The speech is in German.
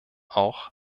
auch